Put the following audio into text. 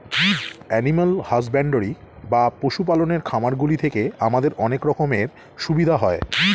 animal husbandry বা পশু পালনের খামারগুলি থেকে আমাদের অনেক রকমের সুবিধা হয়